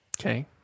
okay